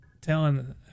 telling